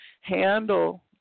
handle